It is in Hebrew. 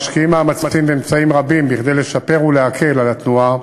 משקיעה מאמצים ואמצעים רבים כדי לשפר ולהקל על התנועה